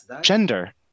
gender